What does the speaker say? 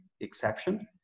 exception